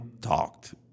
talked